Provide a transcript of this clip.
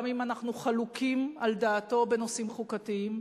גם אם אנחנו חלוקים על דעתו בנושאים חוקתיים.